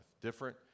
different